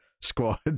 squad